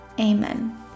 Amen